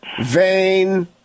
vain